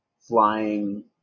flying